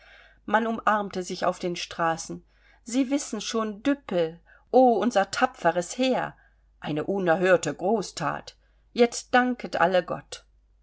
man umarmte sich auf den straßen sie wissen schon düppel o unser tapferes heer eine unerhörte großthat jetzt danket alle gott